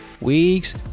weeks